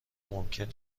ممکن